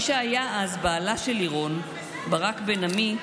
מי שהיה אז בעלה של לירון, ברק בן עמי,